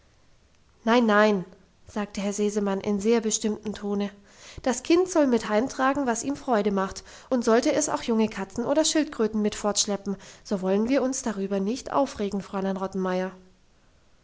nein nein sagte herr sesemann in sehr bestimmtem tone das kind soll mit heimtragen was ihm freude macht und sollte es auch junge katzen oder schildkröten mit fortschleppen so wollen wir uns darüber nicht aufregen fräulein